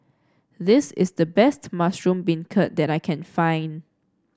this is the best Mushroom Beancurd that I can find